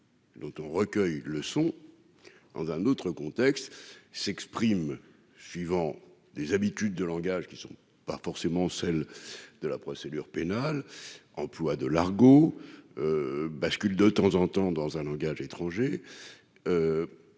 dont on recueille le son dans un autre contexte, s'exprime suivant les habitudes de langage qui sont pas forcément celle de la procédure pénale, employes de Largo bascule de temps en temps, dans un langage étranger